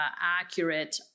accurate